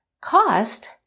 Cost